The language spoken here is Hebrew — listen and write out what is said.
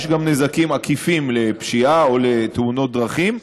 יש גם נזקים עקיפים לפשיעה או לתאונות דרכים.